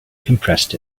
compressed